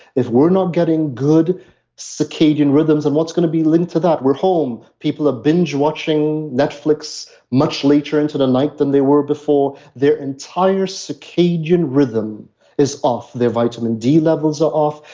if we're not getting good circadian rhythms and what's going to be linked to that, we're home people are binge watching netflix much later into the night than they were before. their entire circadian rhythm is off, their vitamin d levels are off,